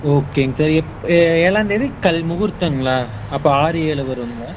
ஓகேங்க சார் எட் ஏழாம்தேதி கல் முகூர்த்தங்களா அப்போ ஆறு ஏழு வருங்களா